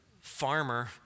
farmer